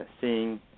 seeing